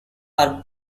are